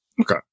Okay